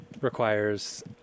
requires